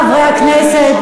חברי חברי הכנסת,